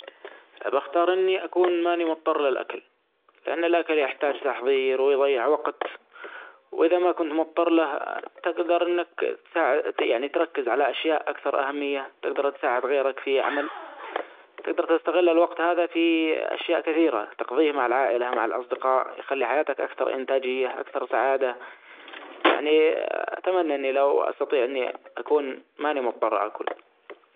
بختار إني أكون ما ني مضطر للأكل لأن الأكل يحتاج تحظير ويضيع وجت ، وإذا ما كنت مضطر له تجدر أنك تساعد يعني تركز علي أشياء أكثر أهمية ، تجدر تساعد غيرك في عمل ، تجدر تستغل الوقت هذا في أشياء كثيرة ، تقضيه مع العائلة مع الأصدقاء ، يخلي حياتك أكثر إنتاجية ، أكثر سعادة ، يعني أتمني إني لو أستطيع إني أكون ماني مضطر آكل.